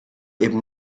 eben